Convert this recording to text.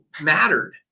mattered